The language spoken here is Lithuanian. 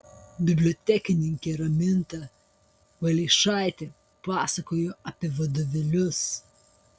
bibliotekininkė raminta valeišaitė pasakojo apie vadovėlius